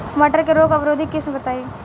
मटर के रोग अवरोधी किस्म बताई?